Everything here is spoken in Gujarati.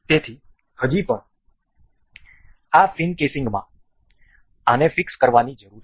તેથી હજી પણ આ ફિન કેસિંગમાં આને ફિક્સ કરવાની જરૂર છે